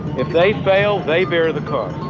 if they fail, they bear the cost.